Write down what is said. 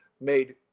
made